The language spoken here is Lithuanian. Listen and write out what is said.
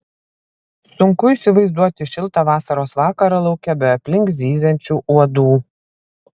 sunku įsivaizduoti šiltą vasaros vakarą lauke be aplink zyziančių uodų